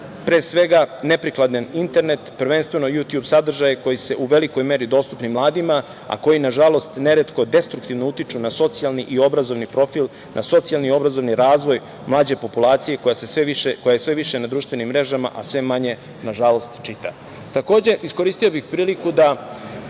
pre svega, neprikladne internet, prvenstveno „Jutjub“ sadržaje koji su u velikoj meri dostupnim mladima, a koji nažalost neretko destruktivno utiču na socijalni i obrazovni profil, na socijalni i obrazovni razvoj mlađe populacije koja je sve više na društvenim mrežama, a sve manje, nažalost, čita. Takođe, iskoristio bih priliku da